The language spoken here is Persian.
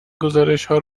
گزارشهای